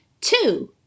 Two